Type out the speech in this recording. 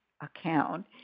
account